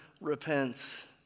repents